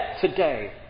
Today